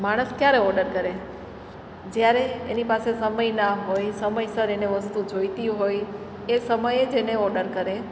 માણસ ક્યારે ઓડર કરે જ્યારે એની પાસે સમય ના હોય સમયસર એને વસ્તુ જોઈતી હોય એ સમયે જ એને ઓડર કરે